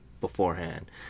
beforehand